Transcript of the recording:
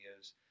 videos